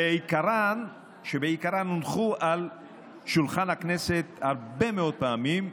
ובעיקרן הונחו על שולחן הכנסת הרבה מאוד פעמים,